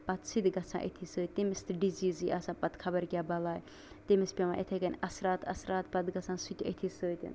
پَتہٕ سیٚودُے گژھان أتھۍ سۭتۍ تٔمِس تہِ ڈِزیٖزٕے آسان پَتہٕ خبر کیٛاہ بَلاے تٔمِس پیٚوان یِتھٕے کٔنۍ اَثرات اَثرات پَتہٕ گژھان سُہ تہِ أتھی سۭتۍ